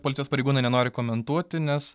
policijos pareigūnai nenori komentuoti nes